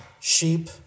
sheep